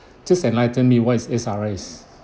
just enlighten me what is S_R_S